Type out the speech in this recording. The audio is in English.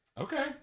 Okay